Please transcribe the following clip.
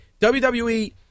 WWE